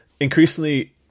Increasingly